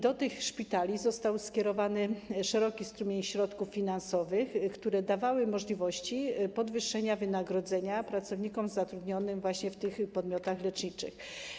Do tych szpitali został skierowany szeroki strumień środków finansowych, które dawały możliwości podwyższenia wynagrodzeń pracownikom zatrudnionym właśnie w tych podmiotach leczniczych.